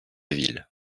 ville